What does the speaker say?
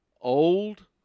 old